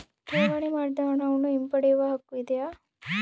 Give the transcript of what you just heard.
ಠೇವಣಿ ಮಾಡಿದ ಹಣವನ್ನು ಹಿಂಪಡೆಯವ ಹಕ್ಕು ಇದೆಯಾ?